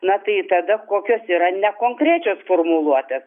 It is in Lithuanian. na tai tada kokios yra ne konkrečios formuluotės